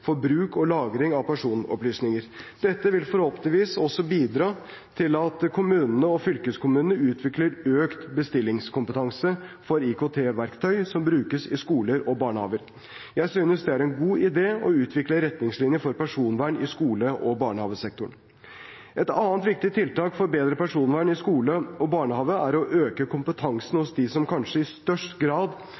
for å lage felles retningslinjer for bruk og lagring av personopplysninger. Dette vil forhåpentligvis også bidra til at kommunene og fylkeskommunene utvikler økt bestillingskompetanse for IKT-verktøy som brukes i skoler og barnehager. Jeg synes det er en god idé å utvikle retningslinjer for personvern i skole- og barnehagesektoren. Et annet viktig tiltak for bedre personvern i skoler og barnehager er å øke kompetansen hos dem som kanskje i størst grad